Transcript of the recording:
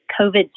COVID